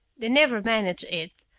they never managed it,